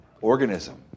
organism